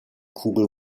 kugel